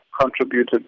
contributed